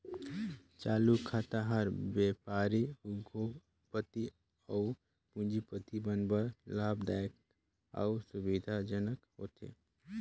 चालू खाता हर बेपारी, उद्योग, पति अउ पूंजीपति मन बर लाभदायक अउ सुबिधा जनक होथे